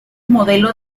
modelo